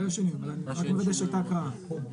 רק בסכום.